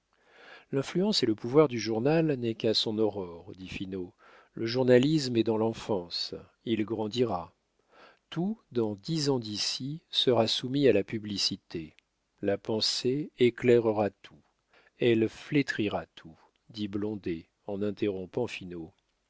l'influence et le pouvoir du journal n'est qu'à son aurore dit finot le journalisme est dans l'enfance il grandira tout dans dix ans d'ici sera soumis à la publicité la pensée éclairera tout elle flétrira tout dit blondet en interrompant finot